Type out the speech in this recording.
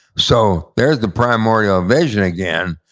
so there's the primordial vision again,